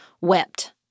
wept